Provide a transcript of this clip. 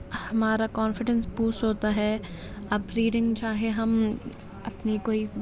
ہمارا confidence push ہوتا ہےاب ریڈنگ چاہے ہم اپنی کوئی